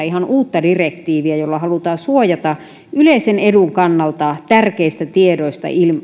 ihan uutta direktiiviä jolla halutaan suojata yleisen edun kannalta tärkeistä tiedoista